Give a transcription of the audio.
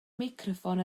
meicroffon